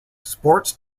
sports